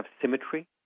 symmetry